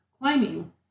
climbing